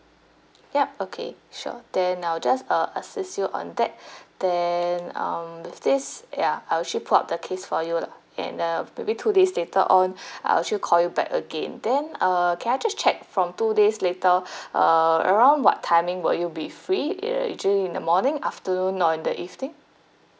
yup okay sure then I'll just uh assist you on that then um with this ya I'll actually pull up the case for you lah and uh maybe two days later on I'll actually call you back again then uh can I just check from two days later uh around what timing will you be free err usually in the morning afternoon or in the evening